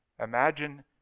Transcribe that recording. Imagine